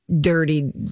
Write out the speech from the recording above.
dirty